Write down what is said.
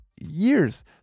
years